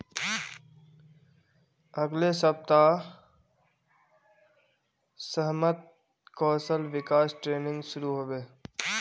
अगले सप्ताह स असमत कौशल विकास ट्रेनिंग शुरू ह बे